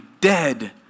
dead